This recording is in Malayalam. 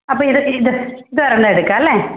അപ്പോൾ ഇത് ഇത് ഇതൊരെണ്ണം എടുക്കാം അല്ലേ